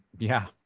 yeah.